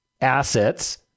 assets